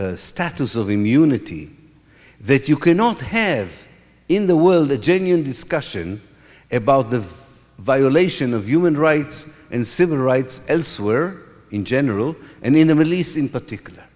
l status of immunity that you cannot have in the world a genuine discussion about the violation of human rights and civil rights elsewhere in general and in the middle east in particular